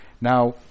Now